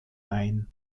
ein